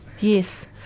Yes